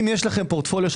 אם יש לכם חברות